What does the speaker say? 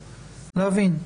להבין,